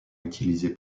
utilisée